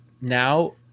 now